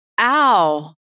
ow